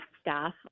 staff